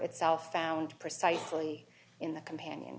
itself found precisely in the companion